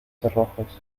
cerrojos